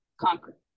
conquer